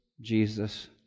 Jesus